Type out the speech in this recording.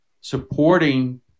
supporting